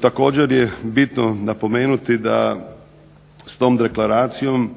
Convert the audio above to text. Također je bitno napomenuti da s tom deklaracijom